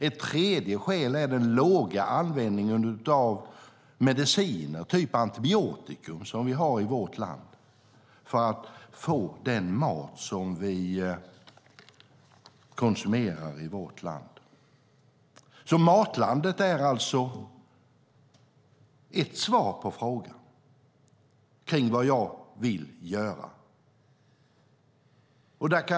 Ett tredje skäl är den låga användningen av mediciner, som antibiotika, som vi har i vårt land för att få den mat som vi konsumerar här. Matlandet är alltså ett svar på frågan om vad jag vill göra.